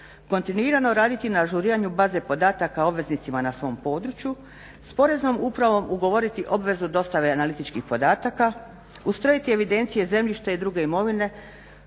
Kontinuirano raditi na ažuriranju baze podataka o obveznicima na svom području, s Poreznom upravom ugovoriti obvezu dostave analitičkih podataka, ustrojiti evidencije zemljišta i druge imovine